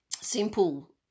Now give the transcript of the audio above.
simple